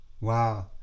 Wow